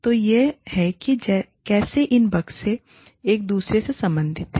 तो यह है कि कैसे इन बक्से एक दूसरे से संबंधित हैं